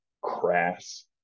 crass